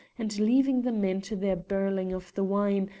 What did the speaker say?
and leaving the men to their birling of the wine,